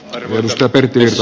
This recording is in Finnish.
risto pyrkimys